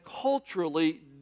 culturally